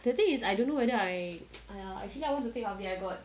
the thing is I don't know whether I ah actually I want to take half day I got